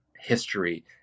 history